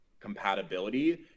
compatibility